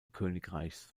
königreichs